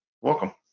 welcome